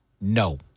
no